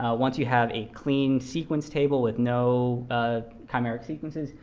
once you have a clean sequence table with no ah chimeric sequences,